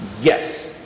yes